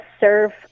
serve